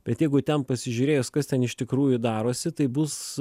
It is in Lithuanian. bet jeigu ten pasižiūrėjus kas ten iš tikrųjų darosi tai bus